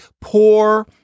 poor